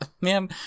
man